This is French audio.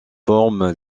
formes